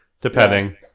depending